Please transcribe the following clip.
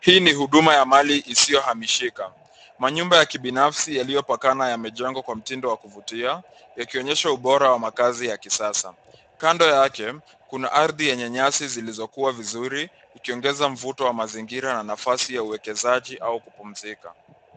Hii ni huduma ya mali isiyohamishika. Manyumba ya kibinafsi yaliyopakana yamejengwa kwa mtindo wa kuvutia, yakionyesha ubora wa makazi ya kisasa. Kando yake, kuna ardhi yenye nyasi zilizokua vizuri, ikiongeza mvuto wa mazingira na nafasi ya uwekezaji au kupumzika.